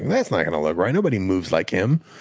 that's not going to look right. nobody moves like him.